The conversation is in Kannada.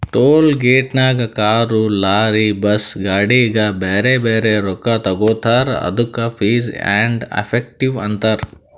ಟೋಲ್ ಗೇಟ್ನಾಗ್ ಕಾರ್, ಲಾರಿ, ಬಸ್, ಗಾಡಿಗ ಬ್ಯಾರೆ ಬ್ಯಾರೆ ರೊಕ್ಕಾ ತಗೋತಾರ್ ಅದ್ದುಕ ಫೀಸ್ ಆ್ಯಂಡ್ ಎಫೆಕ್ಟಿವ್ ಅಂತಾರ್